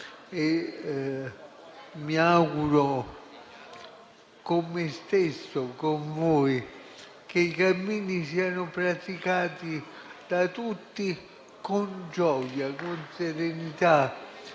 auguro, a me stesso e a voi, che i cammini siano praticati da tutti con gioia, con serenità